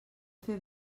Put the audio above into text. fer